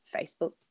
Facebook